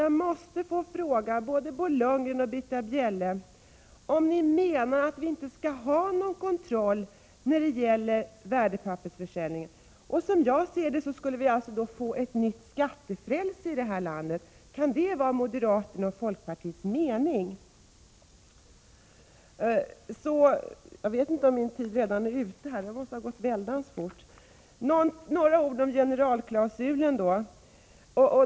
Jag måste få fråga både Bo Lundgren och Britta Bjelle om de menar att vi inte skall ha någon kontroll när det gäller värdepappersförsäljningen. Som jag ser det skulle vi då få ett nytt skattefrälse i det här landet. Kan det vara moderaternas och folkpartiets mening? Jag vill även säga några ord om generalklausulen.